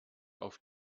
auf